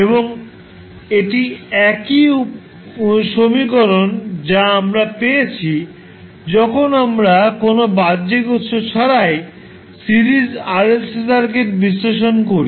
এবং এটি একই সমীকরণ যা আমরা পেয়েছি যখন আমরা কোনও বাহ্যিক উত্স ছাড়াই সিরিজ RLC সার্কিট বিশ্লেষণ করি